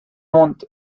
wohnt